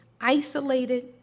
isolated